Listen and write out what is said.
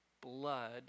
blood